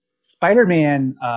Spider-Man